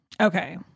okay